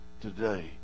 today